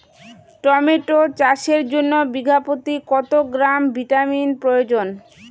Tomato চাষের জন্য বিঘা প্রতি কত গ্রাম ভিটামিন প্রয়োজন?